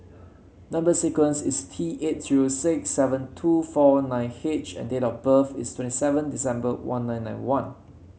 number sequence is T eight zero six seven two four nine H and date of birth is twenty seven December one nine nine one